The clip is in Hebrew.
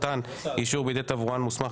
מתן אישור בידי תברואן מוסמך),